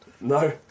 No